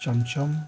chamcham